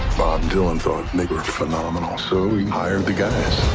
dylan thought they were phenomenal, so he hired the guys.